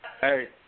Hey